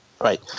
right